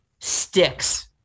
sticks